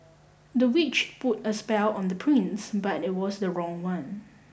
the witch put a spell on the prince but it was the wrong one